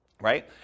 right